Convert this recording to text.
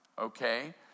okay